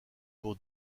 pour